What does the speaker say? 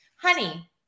Honey